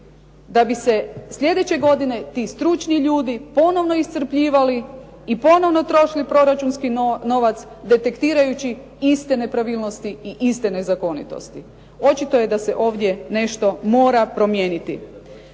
da bi se sljedeće godine ti stručni ljudi ponovno iscrpljivali i ponovno trošili proračunski novac detektirajući iste nepravilnosti i iste nezakonitosti. Očito je da se ovdje nešto mora promijeniti.